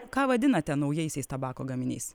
ką vadinate naujaisiais tabako gaminiais